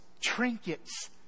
trinkets